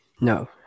no